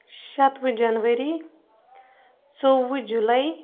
شتوُہ جنؤری ژوٚوُہ جُلاے